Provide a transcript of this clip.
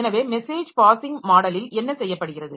எனவே message passing மாடலில் என்ன செய்யப்படுகிறது